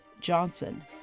Johnson